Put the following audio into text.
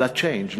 על הצ'יינג'ים.